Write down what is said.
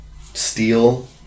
steel